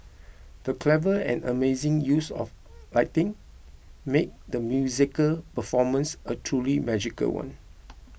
the clever and amazing use of lighting made the musical performance a truly magical one